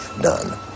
done